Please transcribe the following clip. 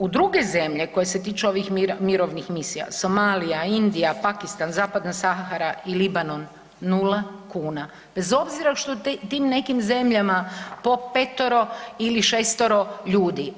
U druge zemlje koje se tiču ovih mirovnih misija Somalija, Indija, Pakistan, Zapadna Sahara i Libanon nula kuna, bez obzira što u tim nekim zemljama po petoro ili šestoro ljudi.